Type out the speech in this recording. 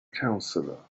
counselor